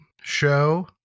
show